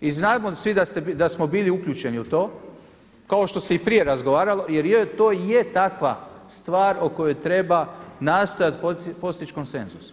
i znamo svi da smo bili uključeni u to kao što se i prije razgovaralo jer to i je takva stvar o kojoj treba nastojati postići konsenzus.